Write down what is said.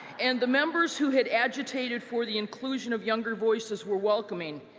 and the members who had agitated for the inclusion of younger voices were welcoming,